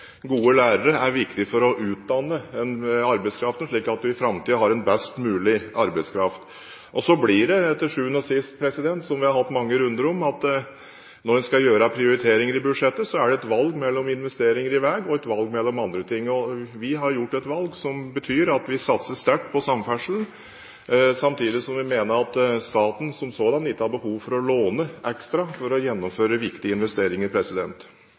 Gode lærere er viktig for å utdanne arbeidskraften, slik at vi i framtiden har en best mulig arbeidskraft. Så blir det til sjuende og sist, som vi har hatt mange runder om, at når en skal gjøre prioriteringer i budsjettet, er det et valg mellom investeringer i veg og andre ting. Vi har gjort et valg som betyr at vi satser sterkt på samferdsel, samtidig som vi mener at staten som sådan ikke har behov for å låne ekstra for å gjennomføre viktige investeringer.